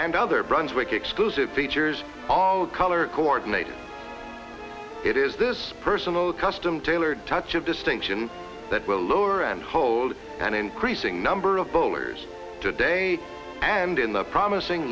and other brunswick exclusive features all color coordinated it is this personal custom tailored touch of distinction that will lure and hold an increasing number of bowlers today and in the promising